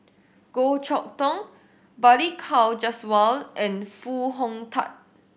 Goh Chok Tong Balli Kaur Jaswal and Foo Hong Tatt